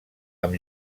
amb